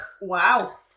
Wow